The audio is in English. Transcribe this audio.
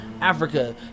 Africa